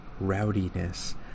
rowdiness